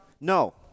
No